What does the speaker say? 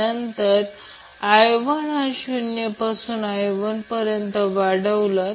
नंतर रेझोनन्स फ्रिक्वेन्सीचे काही मूल्य मिळेल